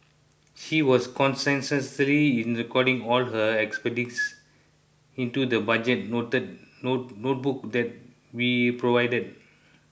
she was conscientiously in recording all her expenditures into the budget noted note notebook that we provided